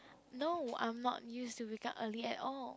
no I am not used to wake up early at all